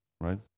right